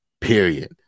Period